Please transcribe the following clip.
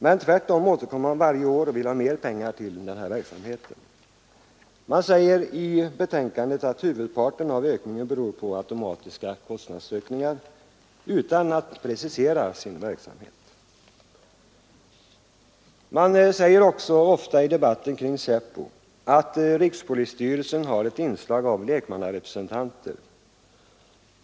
Men tvärtom återkommer man varje år och vill ha mer pengar till verksamheten. I betänkandet sägs att huvudparten av ökningen beror på automatiska kostnadsökningar; verksamheten preciseras inte. I debatten kring SÄPO talas det ofta om att rikspolisstyrelsen har ett inslag av lekmannarepresentanter.